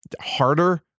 harder